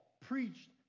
preached